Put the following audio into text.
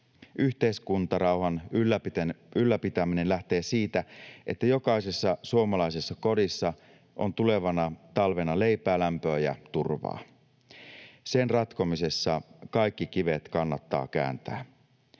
Yhteiskuntarauhan ylläpitäminen lähtee siitä, että jokaisessa suomalaisessa kodissa on tulevana talvena leipää, lämpöä ja turvaa. Sen ratkomisessa kaikki kivet kannattaa kääntää.